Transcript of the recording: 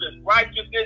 righteousness